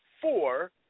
four